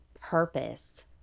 purpose